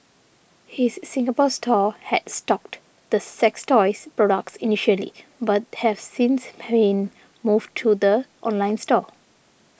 his Singapore store had stocked the sex toys products initially but have since been moved to the online store